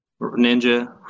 Ninja